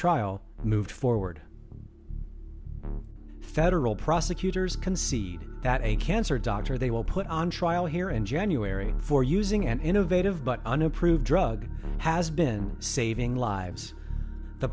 trial moved forward federal prosecutors concede that a cancer doctor they will put on trial here in january for using an innovative but unapproved drug has been saving lives the